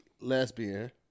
lesbian